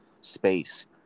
space